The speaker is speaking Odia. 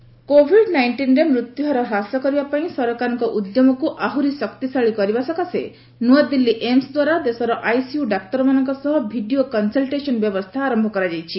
ଏମ୍ସ ଇ ଆଇସିୟୁ କୋଭିଡ୍ ନାଇଷ୍ଟିନ୍ରେ ମୃତ୍ୟୁହାର ହ୍ରାସ କରିବା ପାଇଁ ସରକାରଙ୍କ ଉଦ୍ୟମକୁ ଆହୁରି ଶକ୍ତିଶାଳୀ କରିବା ଲାଗି ନୂଆଦିଲ୍ଲୀ ଏମ୍ସ ଦ୍ୱାରା ଦେଶର ଆଇସିୟୁ ଡାକ୍ତରମାନଙ୍କ ସହ ଭିଡ଼ିଓ କନ୍ସଲ୍ଟେସନ୍ ବ୍ୟବସ୍ଥା ଆରମ୍ଭ କରାଯାଇଛି